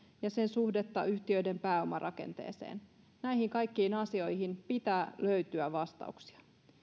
ja sen suhdetta yhtiöiden pääomarakenteeseen tulevassa esityksessä näihin kaikkiin asioihin pitää löytyä vastauksia